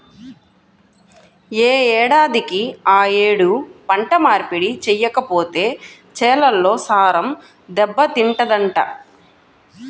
యే ఏడాదికి ఆ యేడు పంట మార్పిడి చెయ్యకపోతే చేలల్లో సారం దెబ్బతింటదంట